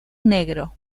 negro